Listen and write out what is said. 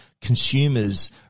consumers